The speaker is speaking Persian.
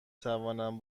توانم